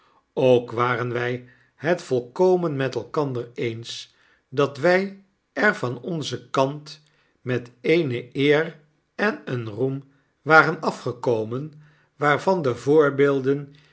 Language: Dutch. ook waren wij het volkomen met elkander eens dat wij er van onzen kant met eene eer en een roem waren afgekomen waarvan de voorbeelden